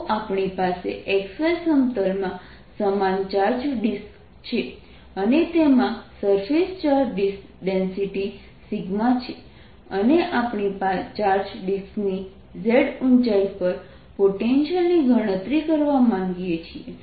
તો આપણી પાસે x y સમતલમાં સમાન ચાર્જ ડિસ્ક છે અને તેમાં સરફેસ ચાર્જ ડેન્સિટી છે અને આપણે ચાર્જ ડિસ્કની z ઊંચાઈ પર પોટેન્શિયલની ગણતરી કરવા માંગીએ છીએ